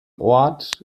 ort